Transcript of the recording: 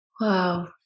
Wow